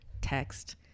text